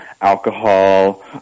alcohol